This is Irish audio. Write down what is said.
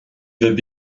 bheith